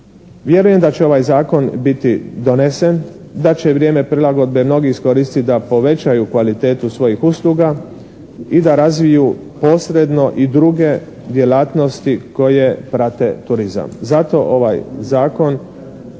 Vjerujem da će ovaj zakon biti donesen. Da će vrijeme prilagodbe mnogi iskoristiti da povećaju kvalitetu svojih usluga i da razviju posredno i druge djelatnosti koje prate turizam. Zato ovaj zakon